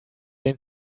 den